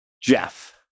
Jeff